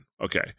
Okay